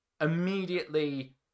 immediately